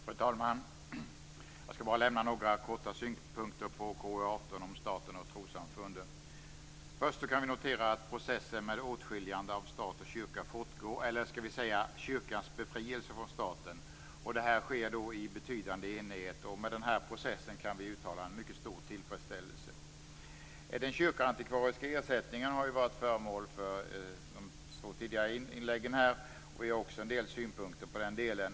Fru talman! Jag skall bara lämna några korta synpunkter på KU18 om staten och trossamfunden. Först kan vi notera att processen med åtskiljande av stat och kyrka fortgår, eller skall vi säga kyrkans befrielse från staten. Det sker i betydande enighet. Med denna process kan vi uttala en mycket stor tillfredsställelse. Den kyrkoantikvariska ersättningen har varit föremål för synpunkter i de två tidigare inläggen, och vi har också en del synpunkter på den delen.